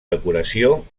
decoració